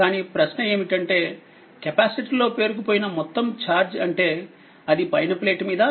కానీ ప్రశ్నఏమిటంటే కెపాసిటర్ లో పేరుకుపోయిన మొత్తం ఛార్జ్ అంటే అది పైన ప్లేట్ మీదా